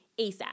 ASAP